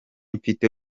mfite